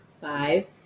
five